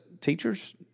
teachers